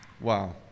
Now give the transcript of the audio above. Wow